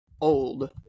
old